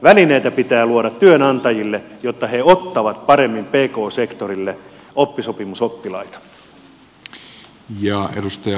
välineitä pitää luoda työnantajille jotta he ottavat paremmin pk sektorille oppisopimusoppilaita